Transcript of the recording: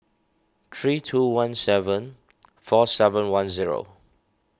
three two one seven four seven one zero